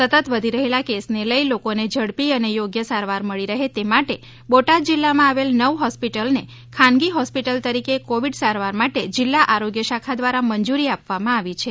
સતત વધી રહેલા કેસને લઇ લોકોને ઝડપી અને યોગ્ય સારવાર મળી રહે તે માટે બોટાદ શહેરમાં આવેલ નવ હોસ્પિટલને ખાનગી હોસ્પિટલ તરીકે કોવિડ સારવાર માટે જિલ્લા આરોગ્ય શાખા દ્વારા મંજૂરી આપવામાં આવી છે